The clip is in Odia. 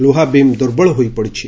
ଲୁହାବିମ୍ ଦୁର୍ବଳ ହୋଇପଡିଛି